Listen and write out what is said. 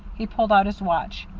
he pulled out his watch.